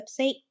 website